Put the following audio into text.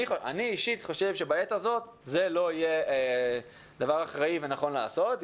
אני אישית חושב שבעת הזאת זה לא יהיה דבר אחראי ונכון לעשות.